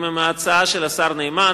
היא עם ההצעה של השר נאמן.